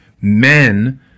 men